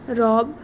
Rob